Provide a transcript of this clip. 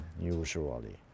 usually